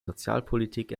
sozialpolitik